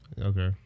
Okay